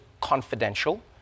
confidential